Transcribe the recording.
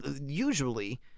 usually